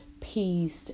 peace